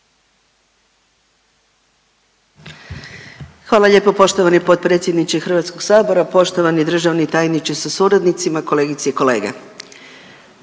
Hvala lijepo poštovani potpredsjedniče Hrvatskog sabora. Poštovani državni tajniče sa suradnicima, kolegice i kolege,